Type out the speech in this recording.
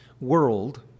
world